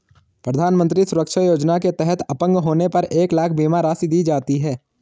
प्रधानमंत्री सुरक्षा योजना के तहत अपंग होने पर एक लाख बीमा राशि दी जाती है